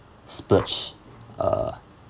splurge err